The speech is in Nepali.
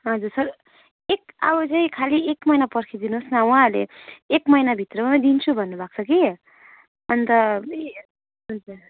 हजुर सर एक अब चाहिँ खालि एक मैना पर्खिदिनुहोस् न उहाँहरूले एक महिना भित्रमा दिन्छु भन्नु भएको छ कि अन्त हजुर